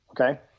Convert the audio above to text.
Okay